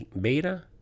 beta